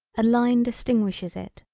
a line distinguishes it.